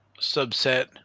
subset